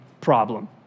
problem